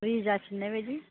बुरै जाफिननाय बायदि